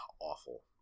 awful